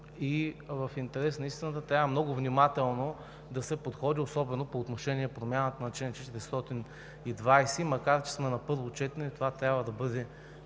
В интерес на истината трябва много внимателно да се подходи особено по отношение промяната на чл. 420, независимо че сме на първо четене, това трябва да бъде